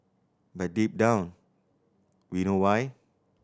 but deep down we know why